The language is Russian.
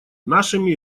нашими